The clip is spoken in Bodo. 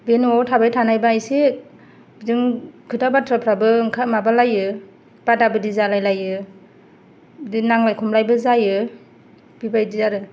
बे न'वाव थाबाय थानायबा एसे खोथा बाथ्राफ्राबो एसे माबालायो दादाबादि जालायलायो नांलाय खमलायबो जायो बेबादि आरो